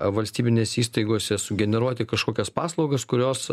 valstybinėse įstaigose sugeneruoti kažkokias paslaugas kurios